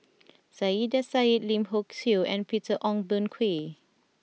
Saiedah Said Lim Hock Siew and Peter Ong Boon Kwee